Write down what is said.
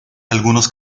algunos